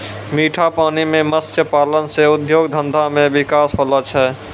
मीठा पानी मे मत्स्य पालन से उद्योग धंधा मे बिकास होलो छै